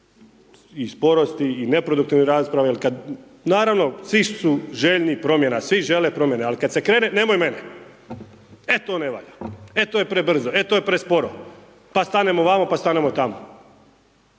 i sporosti i neproduktivnih rasprava. Jer kad, naravno svi su željni promjena, svi žele promjene ali kada se krene, nemoj me, e to ne valja, e to je prebrzo, e to je presporo, pa stanemo vamo, pa stanemo tamo.